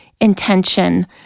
intention